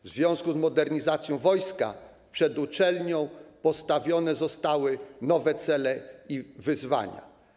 W związku z modernizacją wojska przed uczelnią postawione zostały nowe cele i wyzwania.